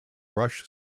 rush